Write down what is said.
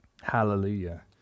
Hallelujah